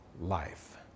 life